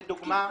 תקיפה,